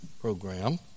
program